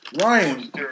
Ryan